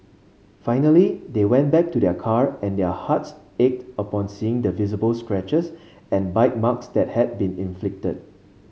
finally they went back to their car and their hearts ached upon seeing the visible scratches and bite marks that had been inflicted